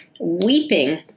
weeping